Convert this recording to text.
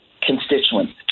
constituents